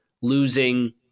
losing